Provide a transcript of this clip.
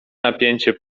napięcie